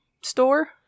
store